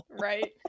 right